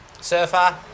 surfer